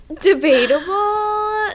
debatable